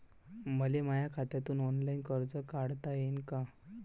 मले माया खात्यातून ऑनलाईन कर्ज काढता येईन का?